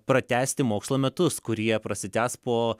pratęsti mokslo metus kurie prasitęs po